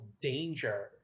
danger